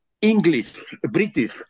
English-British